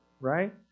Right